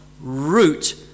root